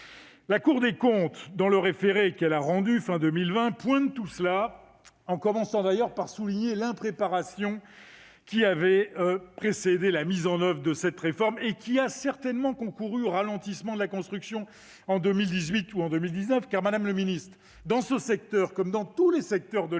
La Cour des comptes, dans le référé qu'elle a rendu fin 2020, évoque tous ces points. Elle souligne également l'impréparation qui avait prévalu lors de la mise en oeuvre de cette réforme et qui a certainement concouru au ralentissement de la construction en 2018 et en 2019. Madame le ministre, dans ce secteur, comme dans tous les secteurs de l'économie,